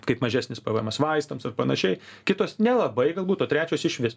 kaip mažesnis pvemas vaistams ar panašiai kitos nelabai galbūt o trečios išvis